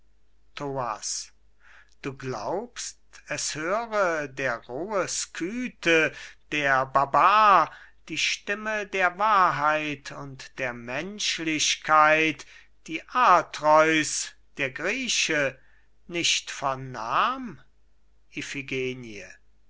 du glaubst es höre der rohe scythe der barbar die stimme der wahrheit und der menschlichkeit die atreus der grieche nicht vernahm